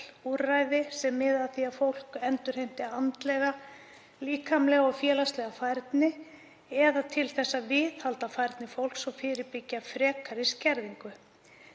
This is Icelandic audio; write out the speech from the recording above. úrræði sem miða að því að fólk endurheimti andlega, líkamlega og félagslega færni eða að viðhalda færni fólks og fyrirbyggja frekari skerðingu.